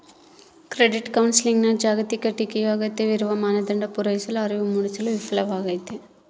credit ಕೌನ್ಸೆಲಿಂಗ್ನ ಜಾಗತಿಕ ಟೀಕೆಯು ಅಗತ್ಯವಿರುವ ಮಾನದಂಡ ಪೂರೈಸಲು ಅರಿವು ಮೂಡಿಸಲು ವಿಫಲವಾಗೈತಿ